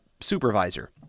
supervisor